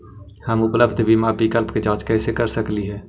हम उपलब्ध बीमा विकल्प के जांच कैसे कर सकली हे?